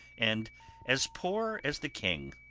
and as poor as the king.